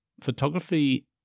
photography